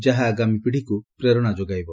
ଯାହା ଆଗାମୀ ପୀଡ଼ୀକୁ ପ୍ରେରଣା ଯୋଗାଇବ